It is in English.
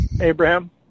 Abraham